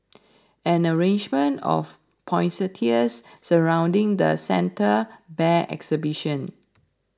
an arrangement of poinsettias surrounding the Santa Bear exhibit